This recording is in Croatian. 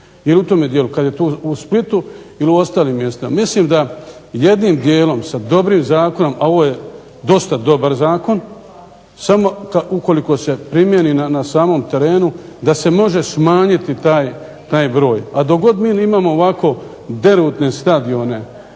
ili u tom dijelu. Kada je u Splitu ili u ostalim mjestima. Mislim da jednim dijelom sa dobrom zakonom, a ovo je dosta dobar zakon, samo ukoliko se primijeni na samom terenu da se može smanjiti taj broj. A dok god mi imamo ovako derutne stadione